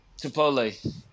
Chipotle